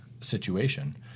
situation